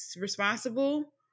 responsible